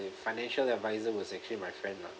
the financial adviser was actually my friend lah